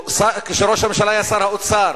כשראש הממשלה היה שר האוצר